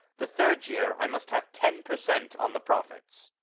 the third year i must have ten per cent on the profits.